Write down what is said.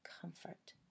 comfort